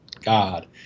God